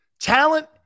talent